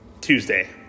Tuesday